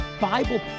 Bible